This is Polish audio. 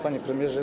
Panie Premierze!